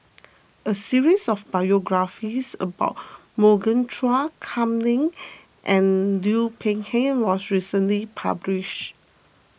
a series of biographies about Morgan Chua Kam Ning and Liu Peihe was recently published